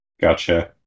Gotcha